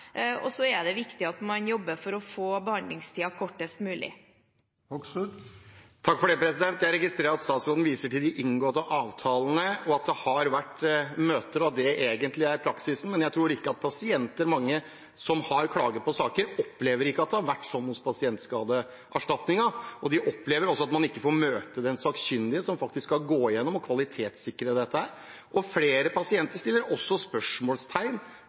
og så er det viktig at man jobber for å få behandlingstiden kortest mulig. Jeg registrerer at statsråden viser til de inngåtte avtalene, at det har vært møter, og at det egentlig er praksisen. Men jeg tror ikke at mange av pasientene som har klaget på saker, opplever at det har vært sånn hos Pasientskadeerstatningen. De opplever også at man ikke får møte den sakkyndige som faktisk skal gå igjennom og kvalitetssikre dette, og flere pasienter stiller også